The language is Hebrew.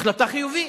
החלטה חיובית,